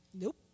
Nope